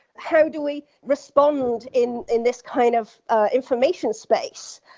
how do we respond in in this kind of information space?